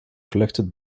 collected